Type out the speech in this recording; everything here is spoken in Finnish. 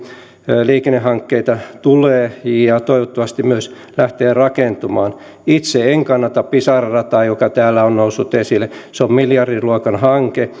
liikennehankkeita tulee ja toivottavasti myös lähtee rakentumaan itse en kannata pisara rataa joka täällä on noussut esille se on miljardiluokan hanke